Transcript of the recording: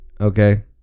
okay